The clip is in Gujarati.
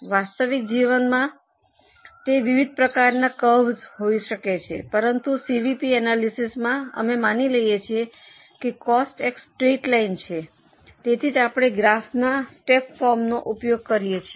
વાસ્તવિક જીવનમાં તે વિવિધ પ્રકારનાં કરવસ હોઈ શકે છે પરંતુ સીવીપી એનાલિસિસમાં અમે માની લઈએ છીએ કે કોસ્ટ એક સ્ટ્રેઈટ લાઈન છે તેથી જ આપણે ગ્રાફના સ્ટેપ ફોર્મનો ઉપયોગ કરીએ છીએ